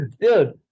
Dude